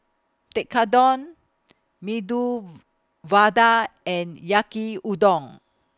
Tekkadon Medu Vada and Yaki Udon